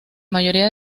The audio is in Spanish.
mayoría